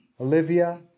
Olivia